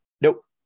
Nope